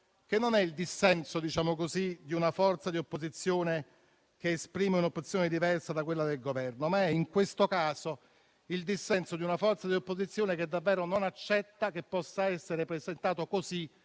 che non è quello di una forza di opposizione che esprime un'opzione diversa rispetto a quella del Governo, ma è, in questo caso, il dissenso di una forza di opposizione che davvero non accetta che possa essere presentato così